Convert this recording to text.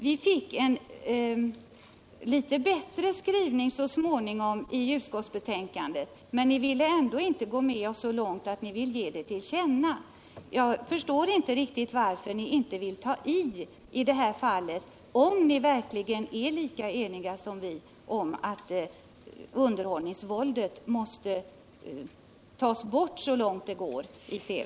Vi fick en bättre skrivning så småningom i utskottsbetänkandet, men ni ville ändå inte gå med oss så långt som att ge detta till känna. Jag förstår inte riktigt varför ni inte vill ta i, om ni verkligen är lika eniga som vi om att underhållningsvåldet måste tas bort så långt det går i TV.